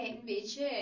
invece